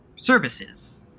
services